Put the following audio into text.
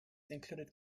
included